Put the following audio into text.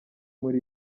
muri